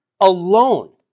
alone